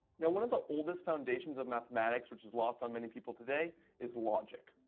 now one of the oldest foundations of mathematics which has lost on many people today is logic,